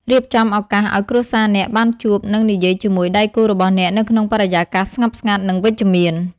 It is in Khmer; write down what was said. រៀបចំឱកាសឲ្យគ្រួសារអ្នកបានជួប និងនិយាយជាមួយដៃគូរបស់អ្នកនៅក្នុងបរិយាកាសស្ងប់ស្ងាត់ និងវិជ្ជមាន។